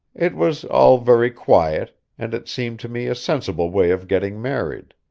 it was all very quiet, and it seemed to me a sensible way of getting married